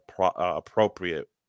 appropriate